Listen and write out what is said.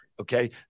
okay